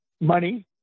money